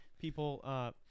people –